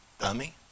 dummy